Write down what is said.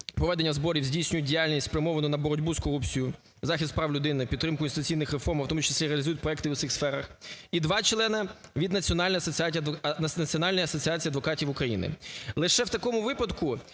проведення зборів, здійснюють діяльність, спрямовану на боротьбу з корупцією, захист прав людини, підтримку інституційних реформ, в тому числі реалізують проекти у цих сферах; і два члени – від Національної асоціації адвокатів України. Лише в такому випадку